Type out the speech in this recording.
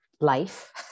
life